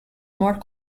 more